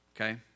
Okay